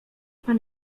pan